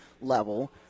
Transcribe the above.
level